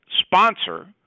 sponsor